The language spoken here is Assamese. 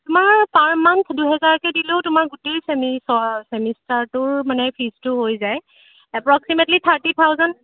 তোমাৰ পাৰ মান্থ দুহেজাৰকৈ দিলেও তোমাৰ গোটেই চেমি চেমিষ্টাৰটোৰ মানে ফিজটো হৈ যায় এপ্ৰক্সিমেটলি থাৰ্টি থাউজেণ্ড